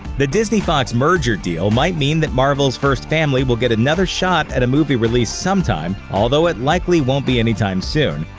the disney-fox merger deal might mean that marvel's first family will get another shot at a movie release sometime, although it likely won't be anytime soon,